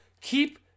Keep